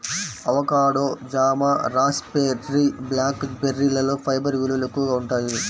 avocado, జామ, raspberry, black బెర్రీలలో fibre విలువలు ఎక్కువగా ఉంటాయి